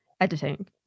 editing